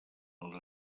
els